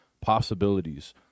possibilities